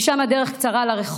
משם הדרך קצרה לרחוב,